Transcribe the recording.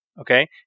Okay